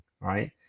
right